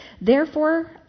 Therefore